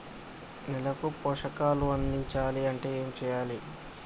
నేలకు పోషకాలు అందించాలి అంటే ఏం చెయ్యాలి?